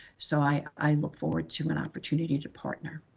so i i look forward to an opportunity to partner.